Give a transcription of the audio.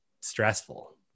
stressful